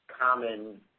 common